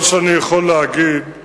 כל שאני יכול להגיד הוא